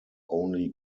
only